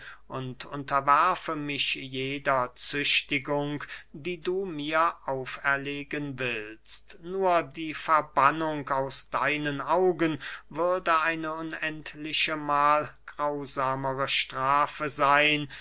und unterwerfe mich jeder züchtigung die du mir auferlegen willst nur die verbannung aus deinen augen würde eine unendliche mahl grausamere strafe seyn